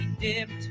dipped